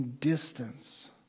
distance